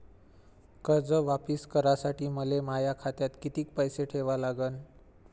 कर्ज वापिस करासाठी मले माया खात्यात कितीक पैसे ठेवा लागन?